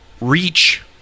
reach